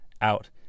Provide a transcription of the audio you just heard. out